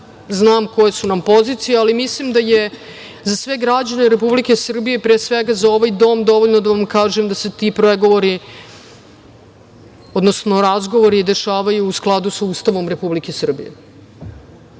Znam koje su nam pozicije, ali mislim da je za sve građane Republike Srbije, pre svega za ovaj dom dovoljno da vam kažem da se ti pregovori, odnosno razgovori dešavaju u skladu sa Ustavom Republike Srbije,